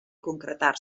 concretar